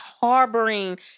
harboring